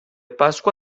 pasqua